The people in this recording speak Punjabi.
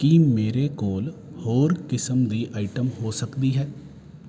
ਕੀ ਮੇਰੇ ਕੋਲ ਹੋਰ ਕਿਸਮ ਦੀ ਆਈਟਮ ਹੋ ਸਕਦੀ ਹੈ